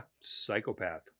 Psychopath